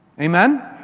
Amen